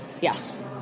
yes